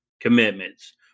commitments